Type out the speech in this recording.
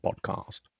Podcast